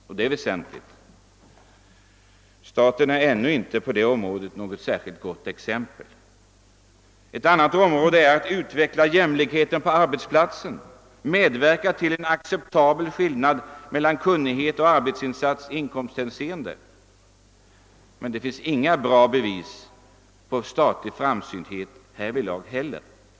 På detta område är staten ännu inte något särskilt gott föredöme. Ett annat motiv är att man vill utveckla jämlikheten på arbetsplatsen och medverka till en acceptabel skillnad mellan kunnighet och arbetsinsats i inkomsthänseende. Ännu så länge finns det emellertid inga bra bevis på statlig framsynthet här heller.